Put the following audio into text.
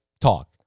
talk